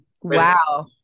Wow